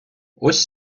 ось